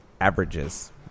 averages